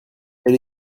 elle